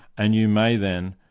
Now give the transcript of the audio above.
and you may then,